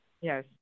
Yes